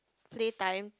play time